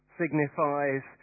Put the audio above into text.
signifies